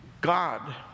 God